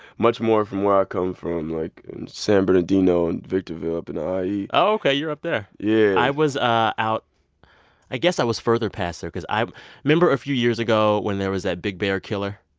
much more from where i come from, like in san bernardino and victorville up in the ie oh, ok, you're up there yeah i was ah out i guess i was further past there because i remember a few years ago when there was that big bear killer,